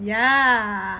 ya